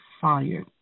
fired